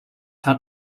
had